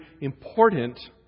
important